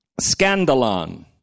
scandalon